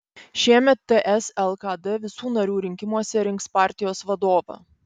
šiemet ts lkd visų narių rinkimuose rinks partijos vadovą